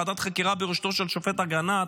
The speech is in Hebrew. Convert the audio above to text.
ועדת החקירה בראשותו של השופט אגרנט,